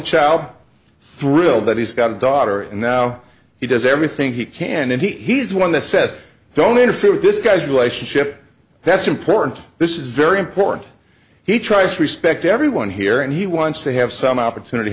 child thrilled that he's got a daughter and now he does everything he can and he's the one that says don't interfere with this guy's relationship that's important this is very important he tries to respect everyone here and he wants to have some opportunity